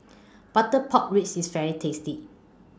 Butter Pork Ribs IS very tasty